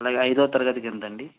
అలాగే ఐదో తరగతికి ఎంతండీ